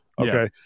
okay